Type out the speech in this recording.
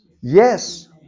Yes